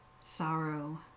sorrow